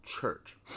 church